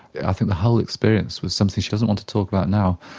i think the whole experience was something she doesn't want to talk about now,